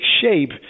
shape